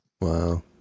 wow